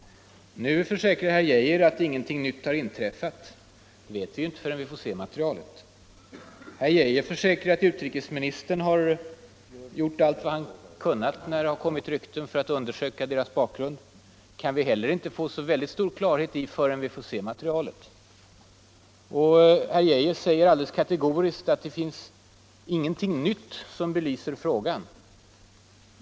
Nu försäkrar herr Geijer att ingenting nytt har inträffat. Det vet vi inte förrän vi får se materialet. Herr Geijer påstår vidare att utrikesministern — när rykten förekommit — gjort allt vad han kunnat för att undersöka deras bakgrund. Det kan vi heller inte få klarhet i förrän vi får se materialet. Herr Geijer säger kategoriskt att det inte finns något nytt som belyser frågan.